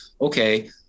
okay